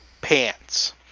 pants